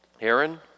Aaron